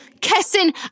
Kissing